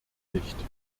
nicht